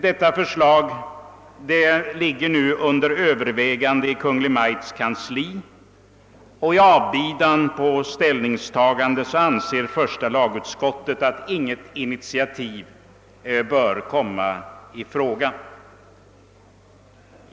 Detta förslag ligger nu för övervägande i Kungl. Maj:ts kansli, och i avbidan på ställningstagande där anser första lagutskottet att inget initiativ bör tas.